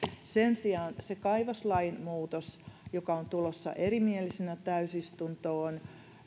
sen sijaan se kaivoslain muutos joka on tulossa erimielisenä täysistuntoon